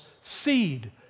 seed